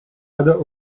other